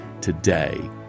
today